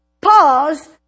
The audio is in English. pause